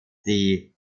die